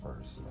first